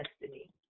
destiny